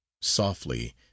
softly